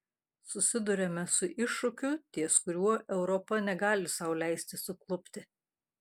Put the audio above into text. susiduriame su iššūkiu ties kuriuo europa negali sau leisti suklupti